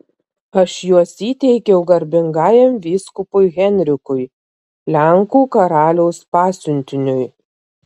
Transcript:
aš juos įteikiau garbingajam vyskupui henrikui lenkų karaliaus pasiuntiniui